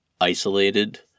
isolated